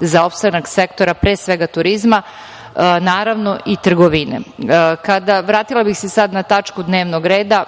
za opstanak sektora, pre svega turizma, naravno i trgovine. Vratila bih se sad na tačku dnevnog reda